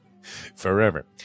forever